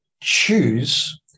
choose